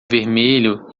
vermelho